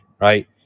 right